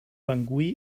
bangui